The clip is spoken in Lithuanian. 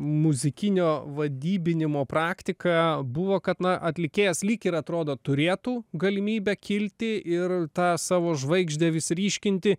muzikinio vadybinimo praktiką buvo kad na atlikėjas lyg ir atrodo turėtų galimybę kilti ir tą savo žvaigždę vis ryškinti